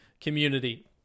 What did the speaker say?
community